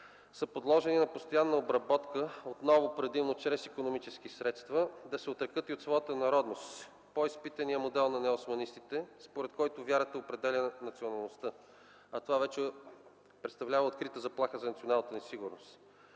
са подложени на постоянна обработка – отново предимно чрез икономически средства – да се отрекат и от своята народност по изпитания модел на неоосманистите, според който вярата определя националността. А това вече представлява открита заплаха за националната ни сигурност!